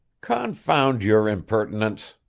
confound your impertinence!